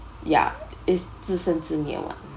ya is 自生自灭 [one]